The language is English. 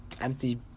empty